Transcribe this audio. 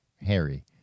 Harry